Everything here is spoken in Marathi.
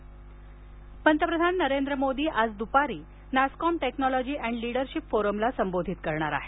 पंतप्रधान पंतप्रधान नरेंद्र मोदी आज दुपारी नॅसकॉम टेक्नॉलॉजी अॅण्ड लीडरशिप फोरमला संबोधित करणार आहेत